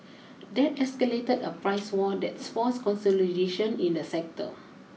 that escalated a price war that's forced consolidation in the sector